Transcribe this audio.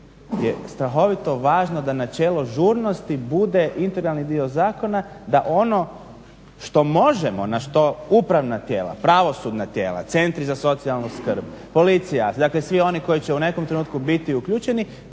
je strahovito važno da načelo žurnosti bude integralni dio zakona, da ono što možemo, na što upravna tijela, pravosudna tijela, centri za socijalnu skrb, policija, dakle svi oni koji će u nekom trenutku biti uključeni